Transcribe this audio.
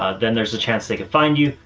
ah then there's a chance they could find you.